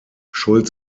schuld